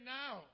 now